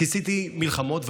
כיסיתי מלחמות,